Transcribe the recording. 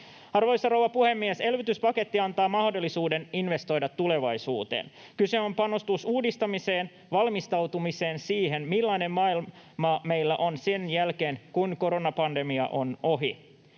Arvoisa rouva puhemies! Elvytyspaketti antaa mahdollisuuden investoida tulevaisuuteen. Kyse on panostuksesta uudistamiseen, valmistautumiseen siihen, millainen maailma meillä on sen jälkeen, kun koronapandemia on ohi.